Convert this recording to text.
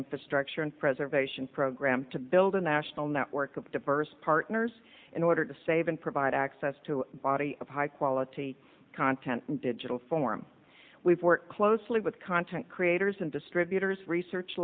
infrastructure and preservation program to build a national network of diverse partners in order to save and provide access to body of high quality content in digital form we've worked closely with content creators and distributors research